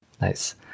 Nice